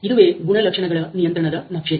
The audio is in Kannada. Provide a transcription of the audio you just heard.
ಇದುವೇ ಗುಣಲಕ್ಷಣಗಳ ನಿಯಂತ್ರಣ ನಕ್ಷೆ